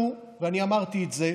אנחנו, ואני אמרתי את זה,